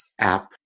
app